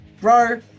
Bro